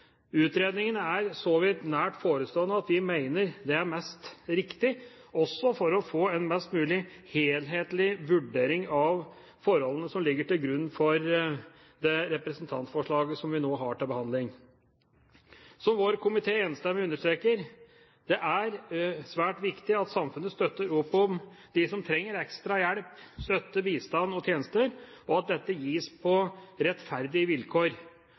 er så vidt nær forestående at vi mener dette er mest riktig, også for å få en mest mulig helhetlig vurdering av forholdene som ligger til grunn for det representantforslaget vi nå har til behandling. For som komiteen enstemmig understreker: «Det er svært viktig at samfunnet støtter opp om dem som trenger ekstra hjelp, støtte, bistand og tjenester og at dette gis på rettferdige vilkår